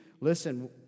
Listen